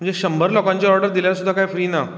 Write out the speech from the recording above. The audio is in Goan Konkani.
म्हणजे शंबर लोकांची ओर्डर दिल्यार सुद्दां काय फ्री ना